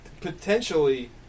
potentially